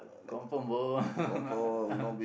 confirm go